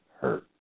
hurt